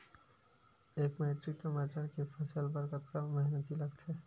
एक मैट्रिक टमाटर के फसल बर कतका मेहनती लगथे?